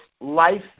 Life